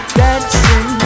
dancing